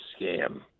scam